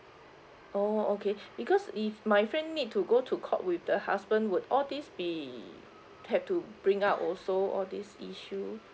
oh okay because if my friend need to go to court with the husband would all these be have to bring up also all these issues